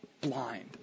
blind